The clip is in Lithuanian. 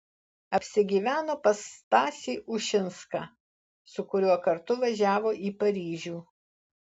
apsigyveno pas stasį ušinską su kuriuo kartu važiavo į paryžių